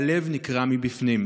והלב נקרע מבפנים.